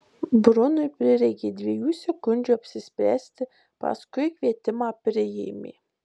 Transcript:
brunui prireikė dviejų sekundžių apsispręsti paskui kvietimą priėmė